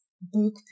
book